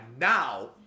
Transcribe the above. now